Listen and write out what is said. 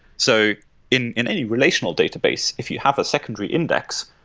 so in in any relational database, if you have a secondary index,